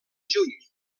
juny